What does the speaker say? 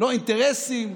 לא אינטרסים,